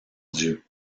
dieu